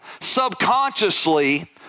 subconsciously